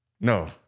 No